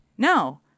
No